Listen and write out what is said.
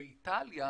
באיטליה